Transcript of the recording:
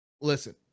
listen